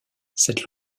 cette